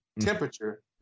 temperature